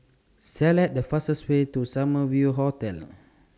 Select The fastest Way to Summer View Hotel